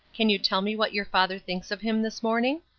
can you tell me what your father thinks of him this morning?